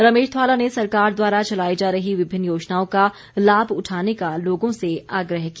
रमेश ध्वाला ने सरकार द्वारा चलाई जा रही विभिन्न योजनाओं का लाभ उठाने का लोगों से आग्रह किया